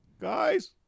Guys